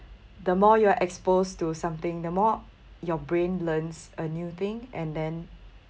the more you're exposed to something the more your brain learns a new thing and then